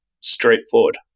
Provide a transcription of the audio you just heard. straightforward